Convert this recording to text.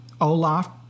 Olaf